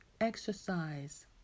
Exercise